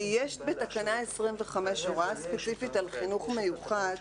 כי יש בתקנה 25 הוראה ספציפית על חינוך מיוחד.